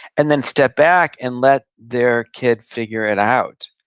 and then step back and let their kid figure it out,